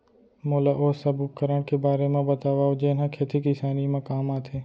मोला ओ सब उपकरण के बारे म बतावव जेन ह खेती किसानी म काम आथे?